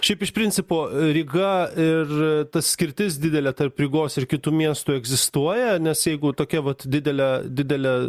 šiaip iš principo ryga ir ta skirtis didelė tarp rygos ir kitų miestų egzistuoja nes jeigu tokia vat didelė didelė